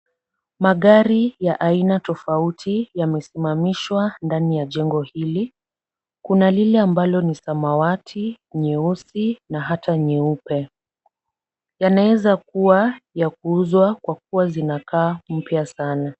Magari ya aina tofauti yamesimamishwa ndani ya jengo hili. Kuna lile ambalo ni samawati, nyeusi na hata nyeupe. Yanaeza kuwa ya kuuzwa kwa kuwa zinakaa mpya sana.